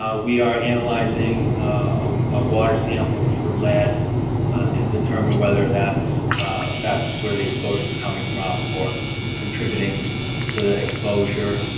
um we are analyzing a ah water sample for lead to determine whether that's that's where the exposure is coming from or contributing to the exposure.